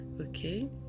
Okay